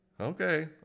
Okay